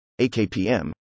AKPM